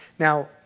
Now